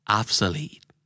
obsolete